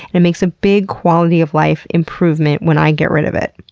and it makes a big quality-of-life improvement when i get rid of it.